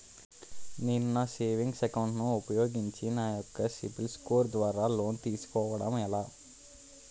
నేను నా savings account ను ఉపయోగించి నా యెక్క సిబిల్ స్కోర్ ద్వారా లోన్తీ సుకోవడం ఎలా?